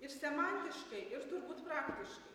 ir semantiškai ir turbūt praktiškai